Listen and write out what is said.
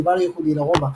פסטיבל הייחודי לרובע.